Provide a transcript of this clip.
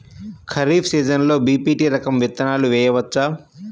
ఖరీఫ్ సీజన్లో బి.పీ.టీ రకం విత్తనాలు వేయవచ్చా?